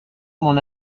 mon